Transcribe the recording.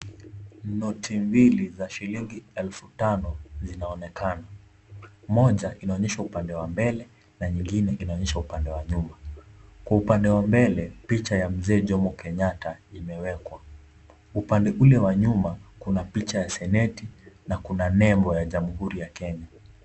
Noti mbili za shilingi elfu tano zinaonekana. Moja inaonyeshwa upande wa mbele na nyingine inaonyeshwa upande wa nyuma. Kwa upande wa mbele, picha ya mzee Jomo Kenyatta imewekwa. Upande ule wa nyuma, kuna picha ya seneti na kuna nembo ya jamuhuri ya kenya.